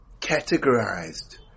categorized